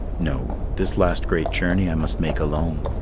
no this last great journey i must make alone,